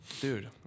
dude